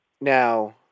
Now